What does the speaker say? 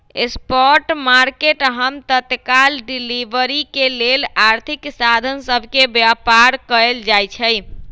spot market हम तत्काल delivery के लेल आर्थिक साधन सभ के व्यापार कयल जाइ छइ